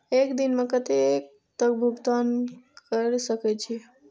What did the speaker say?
एक दिन में कतेक तक भुगतान कै सके छी